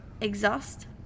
exhaust